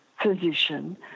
physician